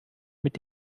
mit